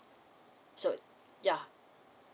so yeah